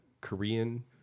Korean